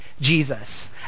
Jesus